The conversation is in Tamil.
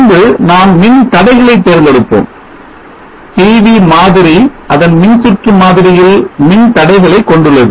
பின்பு நாம் மின் தடைகளை தேர்ந்தெடுப்போம் PV மாதிரி அதன் மின்சுற்று மாதிரியில் மின் தடைகளை கொண்டுள்ளது